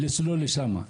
לסלול לשם.